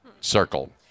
circle